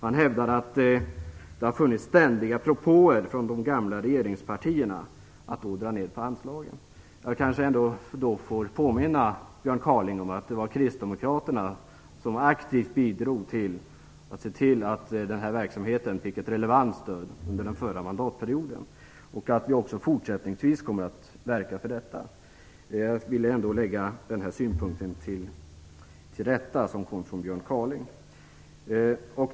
Han hävdade att det har gjorts ständiga propåer från de gamla regeringspartierna att minska anslagen. Jag kanske då ändå får påminna Björn Kaaling om att kristdemokraterna aktivt bidrog till att se till att den här verksamheten fick ett relevant stöd under förra mandatperioden. Vi kommer också fortsättningsvis att verka för detta. - Jag har velat göra detta tillrättaläggande av Björn Kaalings uttalande.